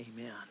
Amen